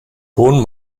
hohen